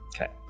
Okay